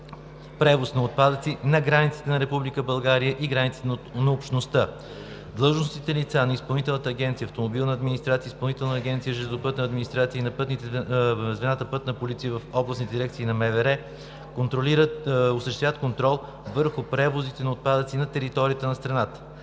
превоз на отпадъци на границата на Република България и границите на общността. Длъжностните лица на Изпълнителната агенция „Автомобилна администрация“, Изпълнителната агенция „Железопътна администрация“ и звената „Пътна полиция“ в областните дирекции на МВР осъществяват контрол върху превозите на отпадъци на територията на страната.